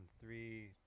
Three